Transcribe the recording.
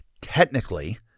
Technically